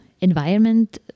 environment